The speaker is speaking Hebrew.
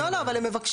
לא, לא, אבל הם מבקשים.